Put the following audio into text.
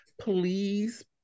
please